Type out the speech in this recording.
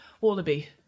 Wallaby